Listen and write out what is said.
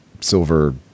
silver